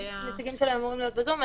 הנציגים שלהם אמורים להיות בזום.